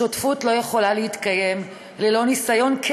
שותפות לא יכולה להתקיים ללא ניסיון כן